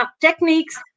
techniques